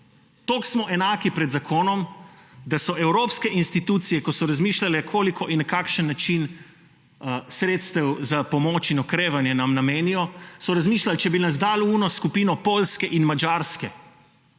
Toliko smo enaki pred zakonom, da so evropske institucije, ko so razmišljale, koliko in na kakšen način sredstev za pomoč in okrevanje nam namenijo, so razmišljali, če bi nas dali v tisto skupino Poljske in Madžarske,